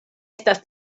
estas